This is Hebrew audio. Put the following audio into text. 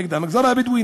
נגד המגזר הבדואי,